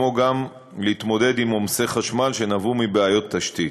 וגם להתמודד עם עומס חשמל שנבע מבעיות תשתית.